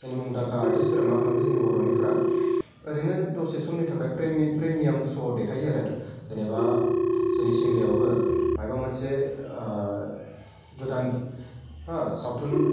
जोंनि मुंदांखा आर्टिसफोरा मा खालामदों जोंनि बर'निफोरा ओरैनो दसे समनि थाखाय फ्रेमियाम स देखायो आरो जेनेबा जोंनि सिमलायावबो माइबा मोनसे ओह गोदान हो सावथुन